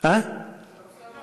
לנושא הבא.